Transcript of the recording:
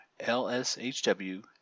lshw